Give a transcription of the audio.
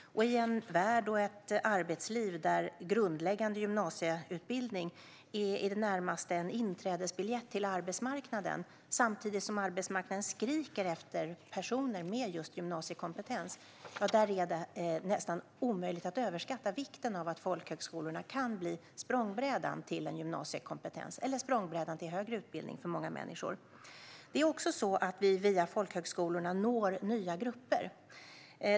I en värld och i ett arbetsliv där grundläggande gymnasieutbildning i det närmaste är en inträdesbiljett till arbetsmarknaden, samtidigt som arbetsmarknaden skriker efter personer med just gymnasiekompetens, är det nästan omöjligt att överskatta vikten av att folkhögskolorna kan bli språngbrädan till en gymnasiekompetens eller språngbrädan till högre utbildning för många människor. Det är också så att vi via folkhögskolorna når nya grupper.